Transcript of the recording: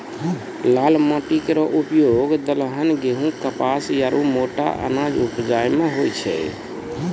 लाल माटी केरो उपयोग दलहन, गेंहू, कपास आरु मोटा अनाज उपजाय म होय छै